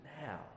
now